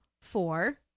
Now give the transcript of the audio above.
four